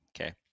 Okay